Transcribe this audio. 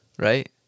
right